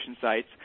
sites